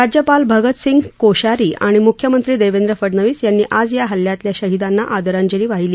राज्यपाल भगतसिंग कोश्यारी आणि मुख्यमंत्री देवेंद्र फडणवीस यांनी आज या हल्ल्यातल्या शहीदांना आदरांजली वाहिली